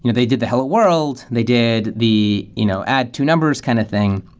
you know they did the hello world, they did the you know add two numbers kind of thing,